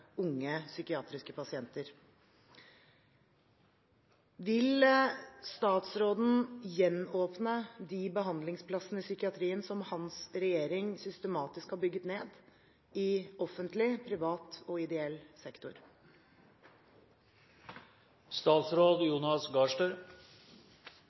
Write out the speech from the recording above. unge psykiatriske pasienter. Vil statsråden gjenåpne de behandlingsplassene i psykiatrien som hans regjering systematisk har bygget ned i offentlig, privat og ideell sektor?